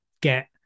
get